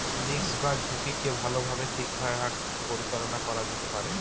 risk বা ঝুঁকিকে ভালোভাবে ঠিকঠাক পরিচালনা করা যেতে পারে